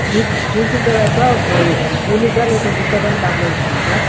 చూసి చూసిన తర్వాత మరి కూలీకా లేపోతే గుత్తకా అని మాట్లాడేస్కుందాం సార్